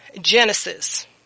Genesis